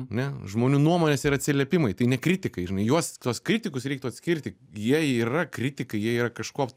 ane žmonių nuomonės ir atsiliepimai tai ne kritikai žinai juos tuos kritikus reiktų atskirti jie yra kritikai jie yra kažkuo